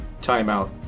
Timeout